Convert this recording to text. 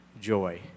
joy